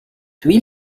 huile